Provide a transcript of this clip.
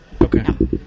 Okay